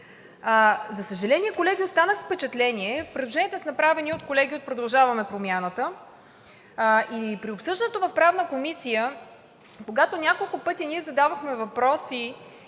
За съжаление, колеги, останах с впечатление – предложенията са направени от колеги от „Продължаваме Промяната“, и при обсъждането в Правната комисия, когато няколко пъти ние задавахме въпроси